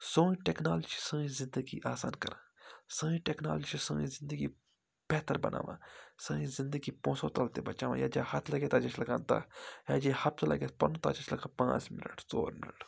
سوٗن ٹیٚکنالجی چھِ سٲنۍ زِندگی آسان کَران سٲنۍ ٹیٚکنالجی چھِ سٲنۍ زِندگی بہتر بَناوان سٲنۍ زِندگی پونٛسو تَل تہِ بَچاوان یتھ جایہِ ہَتھ لَگہِ ہا تَتھ جایہِ چھِ لَگان دَہ یتھ جایہِ ہَفتہٕ لَگہِ ہا پَنُن تَتھ جایہِ چھِ أسۍ لَگان پانٛژھ مِنَٹ ژور مِنَٹ